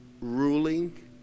ruling